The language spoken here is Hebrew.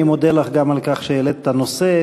אני מודה לך גם על כך שהעלית את הנושא,